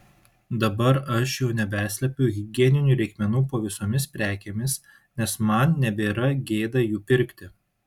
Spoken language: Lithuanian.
dabar aš jau nebeslepiu higieninių reikmenų po visomis prekėmis nes man nebėra gėda jų pirkti